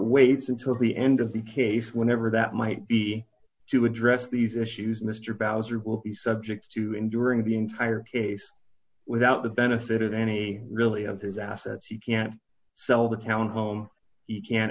waits until the end of the case whenever that might be to address these issues mr boucher will be subject to and during the entire case without the benefit of any really of his assets he can sell the townhome he can